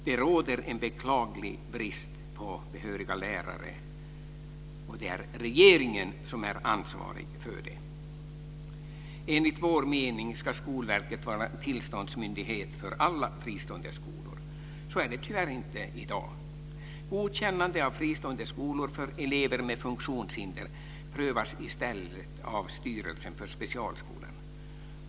Det råder en beklaglig brist på behöriga lärare, och det är regeringen som är ansvarig för det. Enligt vår mening ska Skolverket vara tillståndsmyndighet för alla fristående skolor. Så är det tyvärr inte i dag. Godkännande av fristående skolor för elever med funktionshinder prövas i stället av styrelsen för specialskolan.